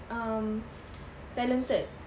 um talented